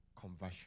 conversion